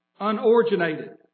unoriginated